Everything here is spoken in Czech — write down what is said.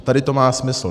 Tady to má smysl.